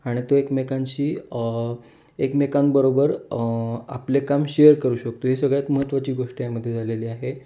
आणि तो एकमेकांशी एकमेकांबरोबर आपले काम शेयर करू शकतो हे सगळ्यात महत्त्वाची गोष्ट यामध्ये झालेली आहे